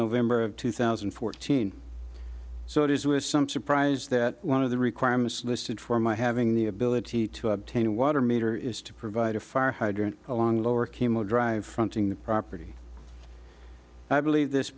november two thousand and fourteen so it is with some surprise that one of the requirements listed for my having the ability to obtain a water meter is to provide a fire hydrant along lower chemo drive fronting the property i believe this